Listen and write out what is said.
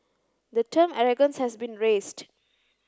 the term arrogance has been raised